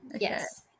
Yes